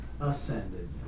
ascended